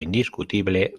indiscutible